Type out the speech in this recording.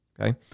Okay